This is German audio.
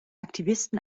aktivisten